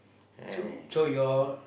so so your